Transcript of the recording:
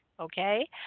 okay